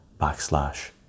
backslash